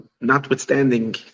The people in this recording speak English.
notwithstanding